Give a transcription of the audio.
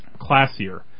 classier